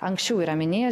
anksčiau yra minėjęs